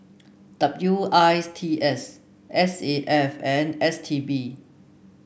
W I T S S A F and S T B